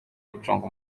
gucunga